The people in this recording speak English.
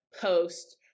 post